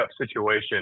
situation